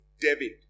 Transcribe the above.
David